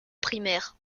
primaire